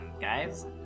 guys